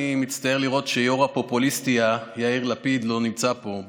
אני מצטער לראות שיו"ר הפופוליסטיה יאיר לפיד לא נמצא פה.